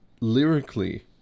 lyrically